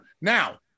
Now